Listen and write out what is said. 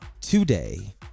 today